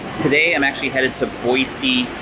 today i'm actually headed to boise,